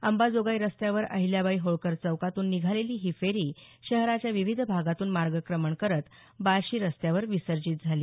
अंबाजोगाई रस्त्यावर अहिल्याबाई होळकर चौकातून निघालेली ही फेरी शहराच्या विविध भागातून मार्गक्रमण करत बार्शी रस्त्यावर विसर्जित झाली